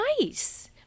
nice